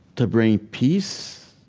to bring peace